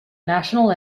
national